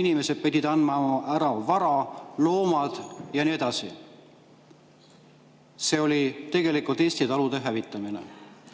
inimesed pidid andma ära oma vara, loomad ja nii edasi. See oli tegelikult Eesti talude hävitamine.